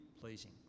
pleasing